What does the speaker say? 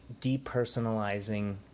depersonalizing